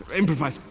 improvise.